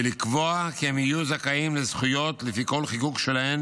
ולקבוע כי הם יהיו זכאים לזכויות לפי כל חיקוק שלהן